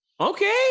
Okay